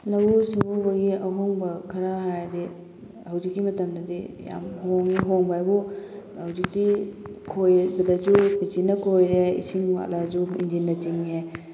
ꯂꯧꯎ ꯁꯤꯡꯎꯕꯒꯤ ꯑꯍꯣꯡꯕ ꯈꯔ ꯍꯥꯏꯔꯗꯤ ꯍꯧꯖꯤꯛꯀꯤ ꯃꯇꯝꯗꯗꯤ ꯌꯥꯝ ꯍꯣꯡꯉꯦ ꯍꯣꯡꯕ ꯍꯥꯏꯕꯨ ꯍꯧꯖꯤꯛꯇꯤ ꯈꯣꯏꯕꯗꯁꯨ ꯃꯦꯆꯤꯟꯅ ꯈꯣꯏꯔꯦ ꯏꯁꯤꯡ ꯋꯥꯠꯂꯛꯑꯁꯨ ꯏꯟꯖꯤꯟꯅ ꯆꯤꯡꯉꯦ